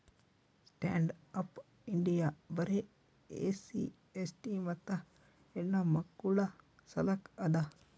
stand up India ಬರೆ SC ST ಮತ್ತ ಹೆಣ್ಣಮಕ್ಕುಳ ಸಲಕ್ ಅದ